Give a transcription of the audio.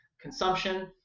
consumption